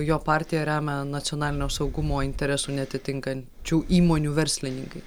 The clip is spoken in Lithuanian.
jo partiją remia nacionalinio saugumo interesų neatitinkančių įmonių verslininkai